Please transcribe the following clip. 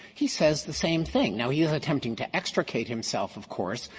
he says the same thing. now he's attempting to extricate himself, of course,